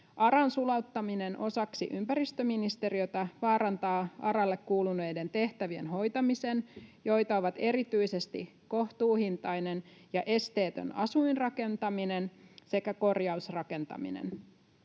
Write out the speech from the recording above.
ARAn sulauttaminen osaksi ympäristöministeriötä vaarantaa ARAlle kuuluneiden tehtävien hoitamisen, joita ovat erityisesti kohtuuhintainen ja esteetön asuinrakentaminen sekä korjausrakentaminen.